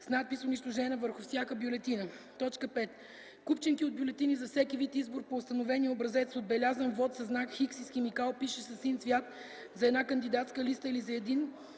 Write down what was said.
с надпис „унищожена” върху всяка бюлетина; 5. купчинки от бюлетини за всеки вид избор по установения образец с отбелязан вот със знак „Х” и с химикал, пишещ със син цвят за една кандидатска листа или за един